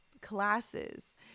classes